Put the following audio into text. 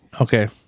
Okay